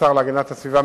כשר להגנת הסביבה,